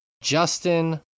Justin